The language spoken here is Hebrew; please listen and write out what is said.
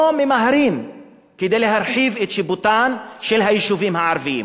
ממהרים להרחיב את תחום שיפוטם של היישובים הערביים